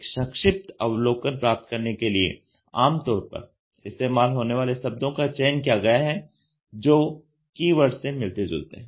एक संक्षिप्त अवलोकन प्राप्त करने के लिए आमतौर पर इस्तेमाल होने वाले शब्दों का चयन किया गया है जो कीवर्ड्स से मिलते जुलते हैं